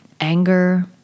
anger